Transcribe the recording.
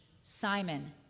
simon